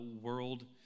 world